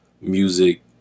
music